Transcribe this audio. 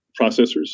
processors